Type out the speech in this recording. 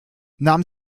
nahm